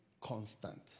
constant